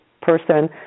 person